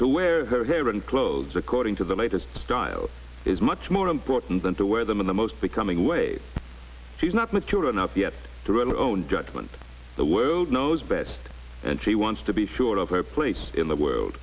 to wear her hair and clothes according to the latest styles is much more important than to wear them in the most becoming way she's not mature enough yet to read or own judgment the world knows best and she wants to be sure of her place in the world